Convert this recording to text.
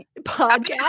Podcast